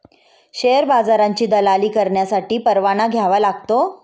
share बाजाराची दलाली करण्यासाठी परवाना घ्यावा लागतो